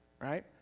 right